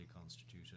constituted